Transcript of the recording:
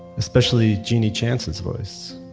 especially genie chance's voice.